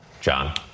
John